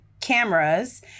cameras